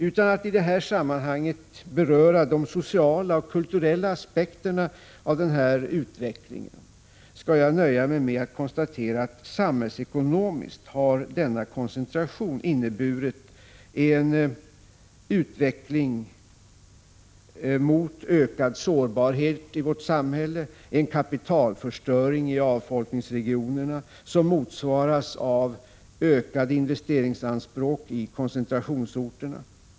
Utan att i detta sammanhang beröra de sociala och kulturella aspekterna av denna utveckling skall jag nöja mig med att konstatera att samhällsekonomiskt har denna koncentration inneburit en utveckling mot ökad sårbarhet i vårt samhälle, en kapitalförstöring i avfolkningsregionerna, som motsvaras av ökade investeringsanspråk i koncentrationsorterna.